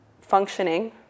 functioning